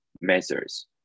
measures